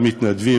המתנדבים